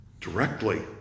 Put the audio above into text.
Directly